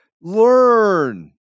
Learn